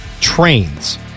trains